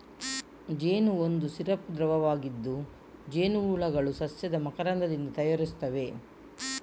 ಜೇನು ಒಂದು ಸಿರಪ್ ದ್ರವವಾಗಿದ್ದು, ಜೇನುಹುಳುಗಳು ಸಸ್ಯದ ಮಕರಂದದಿಂದ ತಯಾರಿಸುತ್ತವೆ